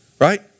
Right